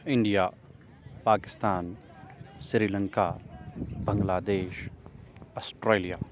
India Pakistan Sri Lanka Bangladesh Australia